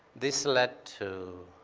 this led to.